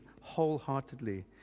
wholeheartedly